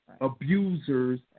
abusers